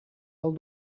del